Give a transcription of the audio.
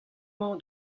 mañ